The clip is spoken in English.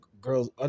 girls